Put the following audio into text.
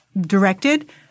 directed